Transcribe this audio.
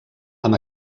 amb